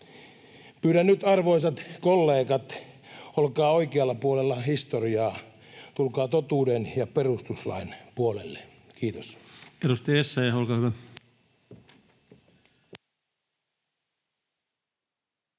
Pyydän nyt, arvoisat kollegat, olkaa oikealla puolella historiaa, tulkaa totuuden ja perustuslain puolelle. — Kiitos.